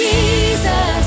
Jesus